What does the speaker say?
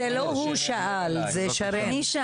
זה לא הוא שאל, זאת שרן.